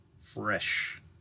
fresh